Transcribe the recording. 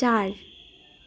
चार